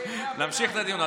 נמשיך את הדיון.